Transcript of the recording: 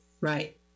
Right